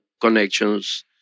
connections